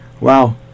Wow